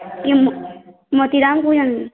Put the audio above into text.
କିଏ ମୋତି ମୋତିରାମ କହୁଛନ୍ତି